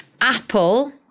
Apple